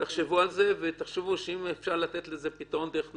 תחשבו על זה ותחשבו אם אפשר לתת לזה פתרון דרך נהלים,